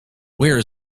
where